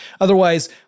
Otherwise